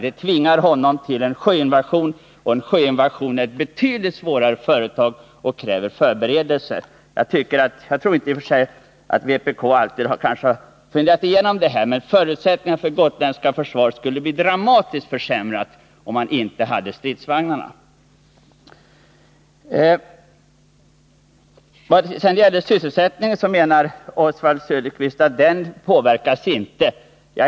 Det tvingar honom till en sjöinvasion, och en sådan är ett betydligt svårare företag och kräver förberedelser. Jag tror inte att vpk har funderat igenom detta. Förutsättningarna för det gotländska försvaret skulle bli dramatiskt försämrade om man inte hade stridsvagnar. Oswald Söderqvist säger att sysselsättningen inte påverkas av att pansarförbandet på Gotland dras in.